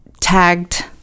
tagged